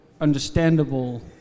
understandable